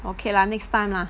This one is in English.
okay lah this time ah